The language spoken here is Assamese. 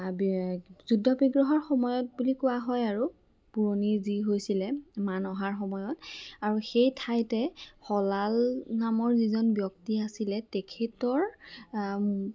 যুদ্ধ বিগ্ৰহৰ সময়ত বুলি কোৱা হয় আৰু পুৰণি যি হৈছিলে মান অহাৰ সময়ত আৰু সেই ঠাইতে শলাল নামৰ যিজন ব্যক্তি আছিলে তেখেতৰ